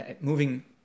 moving